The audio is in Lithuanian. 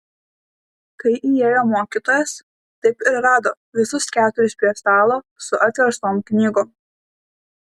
kai įėjo mokytojas taip ir rado visus keturis prie stalo su atverstom knygom